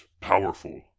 powerful